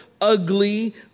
ugly